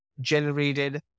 generated